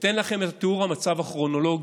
אתן לכם את תיאור מצב הכרונולוגי